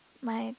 my